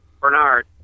Bernard